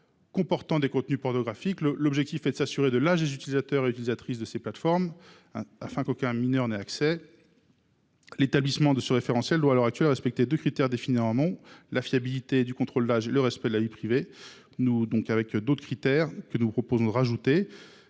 comportant des contenus pornographiques. L’objectif est de s’assurer de l’âge des utilisateurs et des utilisatrices de ces plateformes, afin qu’aucun mineur n’y ait accès. L’établissement de ce référentiel doit à l’heure actuelle respecter deux critères définis en amont : la fiabilité du contrôle de l’âge et le respect de la vie privée. Nous proposons d’ajouter